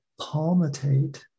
palmitate